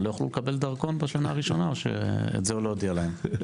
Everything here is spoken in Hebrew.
לא יוכלו לקבל דרכון בשנה הראשונה או את זה לא הודיע להם?